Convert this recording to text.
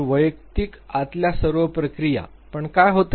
तर वैयक्तिक आतल्या सर्व प्रक्रिया पण काय होते